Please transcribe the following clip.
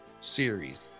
series